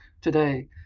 today